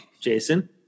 Jason